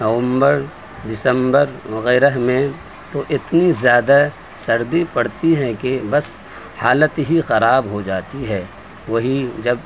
نومبر دسمبر وغیرہ میں تو اتنی زیادہ سردی پڑتی ہیں کہ بس حالت ہی خراب ہو جاتی ہے وہی جب